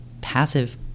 passive